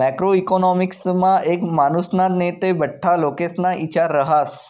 macro इकॉनॉमिक्समा एक मानुसना नै ते बठ्ठा लोकेस्ना इचार रहास